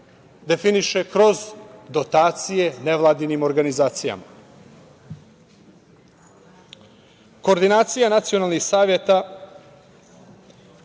definiše kroz dotacije nevladinim organizacijama. Koordinacija nacionalnih saveta